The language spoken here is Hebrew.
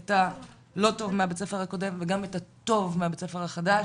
את הלא טוב מבית הספר הקודם וגם את הטוב מבית הספר החדש.